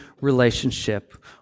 relationship